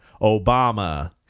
Obama